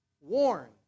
Warn